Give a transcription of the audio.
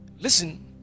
listen